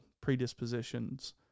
predispositions